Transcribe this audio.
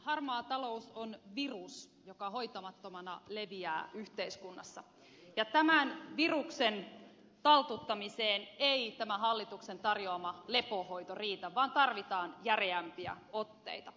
harmaa talous on virus joka hoitamattomana leviää yhteiskunnassa ja tämän viruksen taltuttamiseen ei tämä hallituksen tarjoama lepohoito riitä vaan tarvitaan järeämpiä otteita